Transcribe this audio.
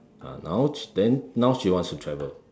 ah now then now she wants to travel